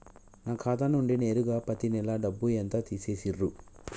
నా ఖాతా నుండి నేరుగా పత్తి నెల డబ్బు ఎంత తీసేశిర్రు?